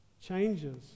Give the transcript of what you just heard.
changes